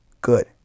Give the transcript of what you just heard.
good